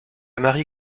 marie